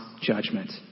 judgment